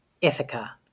Ithaca